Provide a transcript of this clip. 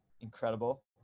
incredible